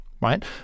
right